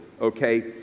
okay